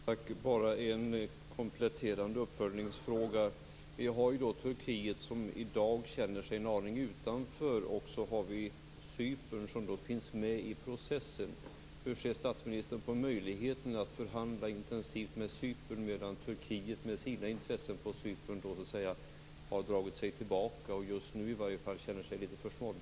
Fru talman! Bara en kompletterande uppföljningsfråga. Vi har Turkiet som i dag känner sig en aning utanför, och så har vi Cypern som finns med i processen. Hur ser statsministern på möjligheten att förhandla intensivt med Cypern, medan Turkiet med sina intressen på Cypern har dragit sig tillbaka och just nu känner sig litet försmått.